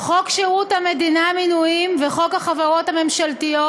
חוק שירות המדינה (מינויים) וחוק החברות הממשלתיות